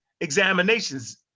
examinations